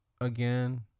again